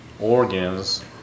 organs